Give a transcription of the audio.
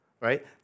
right